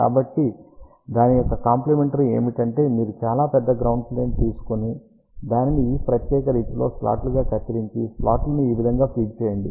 కాబట్టి దాని యొక్క కాంప్లిమెంటరీ ఏమిటంటే మీరు చాలా పెద్ద గ్రౌండ్ ప్లేన్ తీసుకొని దానిని ఈ ప్రత్యేకమైన రీతిలో స్లాట్లు గా కత్తిరించి స్లాట్ లను ఈ విధంగా ఫీడ్ చేయండి